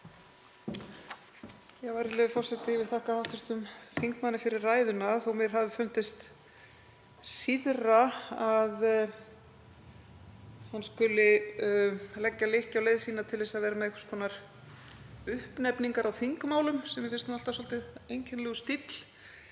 Virðulegur forseti. Ég þakka hv. þingmanni fyrir ræðuna þó að mér hafi fundist síðra að hann skyldi leggja lykkju á leið sína til þess að vera með einhvers konar uppnefningar á þingmálum, sem mér finnst alltaf svolítið einkennilegur stíll;